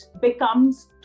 becomes